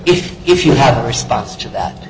if if you have a response to that